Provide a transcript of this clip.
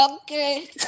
okay